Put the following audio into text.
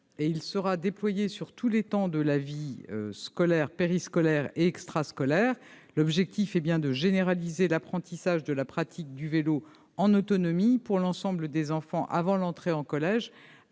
il sera déployé sur tous les temps de la vie scolaire, périscolaire et extrascolaire. L'objectif est bien de généraliser l'apprentissage de la pratique du vélo en autonomie pour l'ensemble des enfants avant l'entrée au collège,